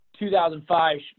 2005